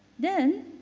then,